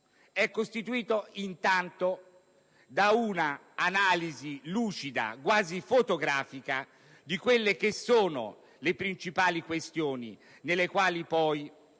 È costituito, intanto, da un'analisi lucida, quasi fotografica, delle principali questioni nelle quali poi